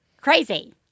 crazy